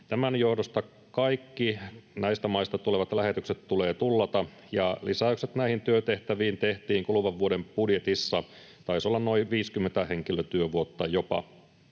Tämän johdosta kaikki näistä maista tulevat lähetykset tulee tullata, ja lisäykset näihin työtehtäviin tehtiin kuluvan vuoden budjetissa, taisi olla jopa noin 50 henkilötyövuotta.